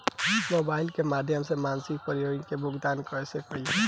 Mobile के माध्यम से मासिक प्रीमियम के भुगतान कैसे कइल जाला?